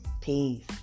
Peace